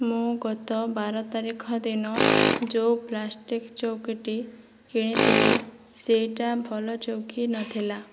ମୁଁ ଗତ ବାର ତାରିଖ ଦିନ ଯେଉଁ ପ୍ଲାଷ୍ଟିକ ଚୌକିଟି କିଣିଥିଲି ସେହିଟା ଭଲ ଚୌକି ନଥିଲା